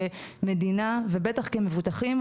כמדינה ובטח כמבוטחים,